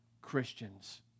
Christians